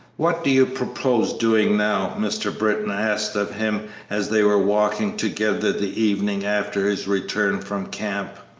what do you propose doing now? mr. britton asked of him as they were walking together the evening after his return from camp.